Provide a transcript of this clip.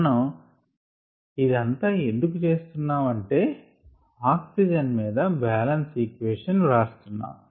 మనం ఇది అంతా ఎందుకు చేస్తున్నాము అంటే ఆక్సిజన్ మీద బాలన్స్ ఈక్వేషన్ వ్రాస్తున్నాము